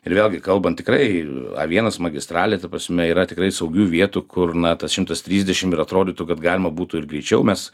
ir vėlgi kalbant tikrai a vienas magistralėj ta prasme yra tikrai saugių vietų kur na tas šimtas trisdešim ir atrodytų kad galima būtų ir greičiau mes